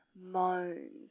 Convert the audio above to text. Moans